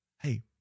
Hey